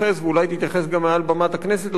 ואולי תתייחס גם מעל במת הכנסת לדברים,